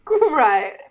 right